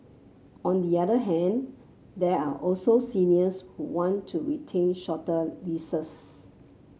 on the other hand there are also seniors who want to retain shorter leases